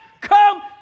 come